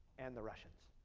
and the russians.